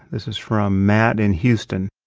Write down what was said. this is from matt in houston.